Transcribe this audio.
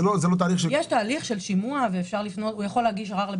יש תהליך של שימוע, הוא יכול להגיש ערר.